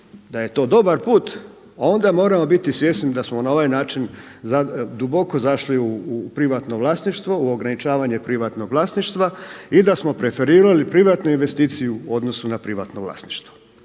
da je to dobar put, onda moramo biti svjesni da smo na ovaj način duboko zašli u privatno vlasništvo u ograničavanje privatnog vlasništva i da smo preferirali privatnu investiciju u odnosu na privatno vlasništvo.